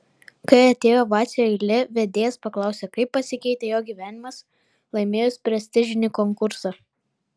kai atėjo vacio eilė vedėjas paklausė kaip pasikeitė jo gyvenimas laimėjus prestižinį konkursą